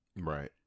Right